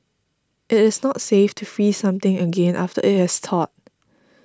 it is not safe to freeze something again after it has thawed